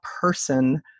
person